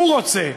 הוא רוצה,